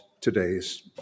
today's